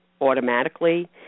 automatically